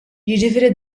jiġifieri